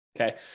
okay